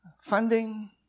Funding